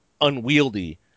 unwieldy